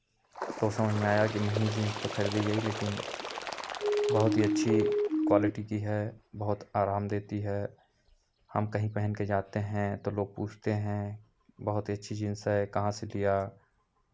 तो समझ में आया महंगी जींस तो खरीदी गई लेकिन बहुत ही अच्छी क्वालिटी की है बहुत आराम देती है हम कहीं पहन के जाते हैं तो लोग पूछते हैं बहुत ही अच्छी जींस है कहाँ से लिया